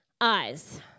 eyes